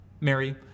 Mary